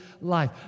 life